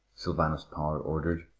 sylvanus power ordered,